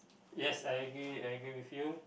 yes I agree I agree with you